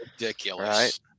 Ridiculous